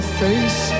face